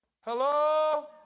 Hello